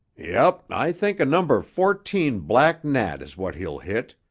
yup, i think a number-fourteen black gnat is what he'll hit,